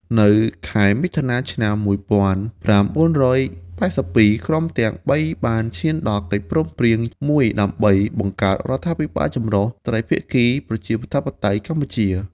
នៅខែមិថុនា ឆ្នាំ ១៩៨២ ក្រុមទាំងបីបានឈានដល់កិច្ចព្រមព្រៀងមួយដើម្បីបង្កើត រដ្ឋាភិបាលចម្រុះត្រីភាគីប្រជាធិបតេយ្យកម្ពុជា ។